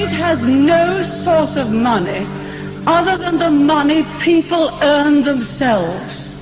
has no source of money other than the money people earn themselves.